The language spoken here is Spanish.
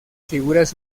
figuras